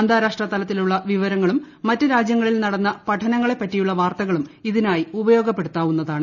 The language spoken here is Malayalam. അന്താരാഷ്ട്ര തലത്തിലുള്ള വിവരങ്ങളും മറ്റ് രാജ്യങ്ങളിൽ നടന്ന വാർത്തകളും പഠനങ്ങളെപ്പറ്റിയുള്ള ഇതിനായി ഉപയോഗപ്പെടുത്താവുന്നതാണ്